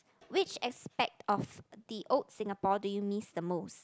which aspect of the old Singapore do you miss the most